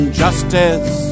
justice